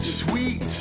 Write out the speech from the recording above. sweet